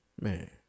Man